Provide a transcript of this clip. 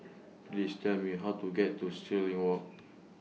Please Tell Me How to get to Stirling Walk